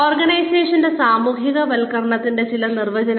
ഓർഗനൈസേഷൻന്റെ സാമൂഹികവൽക്കരണത്തിന്റെ ചില നിർവചനങ്ങൾ